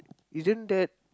isn't that